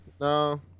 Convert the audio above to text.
no